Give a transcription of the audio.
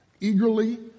eagerly